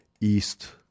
East